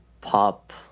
pop